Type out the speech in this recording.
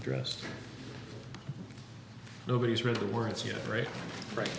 addressed nobody's read the words yet right